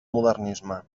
modernisme